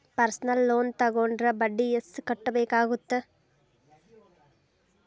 personal loan ತೊಗೊಂಡ್ರ ಬಡ್ಡಿ ಎಷ್ಟ್ ಕಟ್ಟಬೇಕಾಗತ್ತಾ